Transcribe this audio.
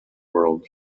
world